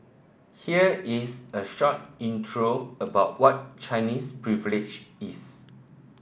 here is a short intro about what Chinese Privilege is